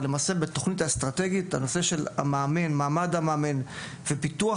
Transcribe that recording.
אבל בתכנית האסטרטגית מעמד המאמן ופיתוח